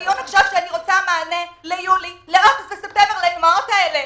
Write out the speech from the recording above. הדיון הוא על מענה ליולי אוגוסט וספטמבר לאימהות האלה.